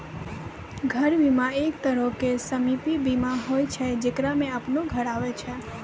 घर बीमा, एक तरहो के सम्पति बीमा होय छै जेकरा मे अपनो घर आबै छै